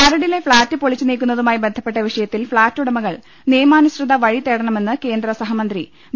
മരടിലെ ഫ്ളാറ്റ് പൊളിച്ചുനീക്കുന്നതുമായി ബന്ധപ്പെട്ട വിഷയ ത്തിൽ ഫ്ളാറ്റ് ഉടമകൾ നിയമാനുസൃത വഴിതേടണമെന്ന് കേന്ദ്ര സഹ മന്ത്രി വി